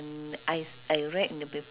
then he was sick right